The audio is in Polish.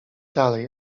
dalej